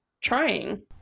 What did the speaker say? trying